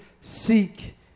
seek